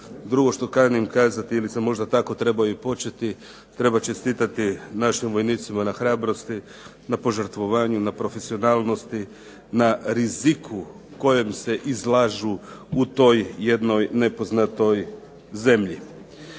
Drugo što kanim kazati ili sam možda tako trebao i početi treba čestitati našim vojnicima na hrabrosti, na požrtvovanju, na profesionalnosti, na riziku kojem se izlažu u toj jednoj nepoznatoj zemlji.